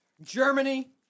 Germany